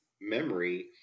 memory